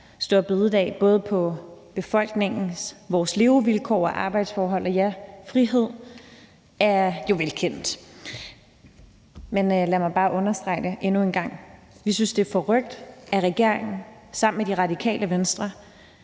– et angreb både på befolkningen, vores levevilkår, arbejdsforhold og, ja, frihed – er jo velkendt. Men lad mig bare understrege endnu en gang, at vi synes, det er forrykt, at regeringen sammen med Det Radikale Venstre